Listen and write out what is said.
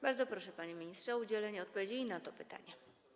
Bardzo proszę, panie ministrze, o udzielenie odpowiedzi i na to pytanie.